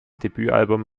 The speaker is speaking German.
debütalbum